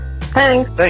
Thanks